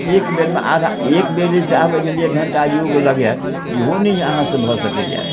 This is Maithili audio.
एक बेरमे आधा एक बेर जे चाहबय जे हम एक घण्टा योग लगायब इहो नहि अहाँसँ भऽ सकैये